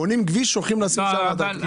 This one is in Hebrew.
בונים כביש ושוכחים לשים שם אנטנות סלולריות.